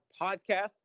podcast